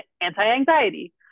anti-anxiety